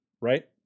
Right